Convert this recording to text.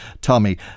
Tommy